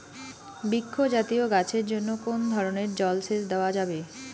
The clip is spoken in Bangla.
বৃক্ষ জাতীয় গাছের জন্য কোন ধরণের জল সেচ দেওয়া যাবে?